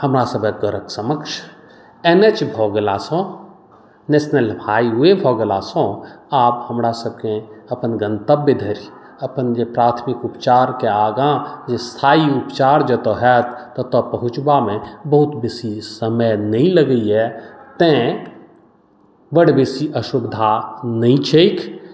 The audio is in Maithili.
हमरा सभक घरक समक्ष एन एच भऽ गेलासँ नेशनल हाईवे भऽ गेलासँ आब हमरा सभकेँ अपन गन्तव्य धरि अपन जे प्राथमिक उपचारके आगाँ जे स्थायी उपचार जतय हैत ततय पहुचबामे बहुत बेसी समय नहि लगैए तेँ बड बेसी असुविधा नहि छैक